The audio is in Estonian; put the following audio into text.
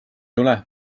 tule